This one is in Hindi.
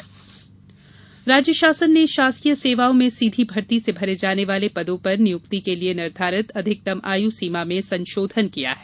आयु सीमा राज्य शासन ने शासकीय सेवाओं में सीधी भर्ती से भरे जाने वाले पदों पर नियुक्ति के लिये निर्धारित अधिकतम आयु सीमा में संशोधन किया है